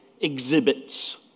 exhibits